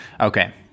Okay